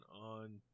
on